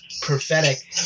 prophetic